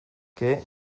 qué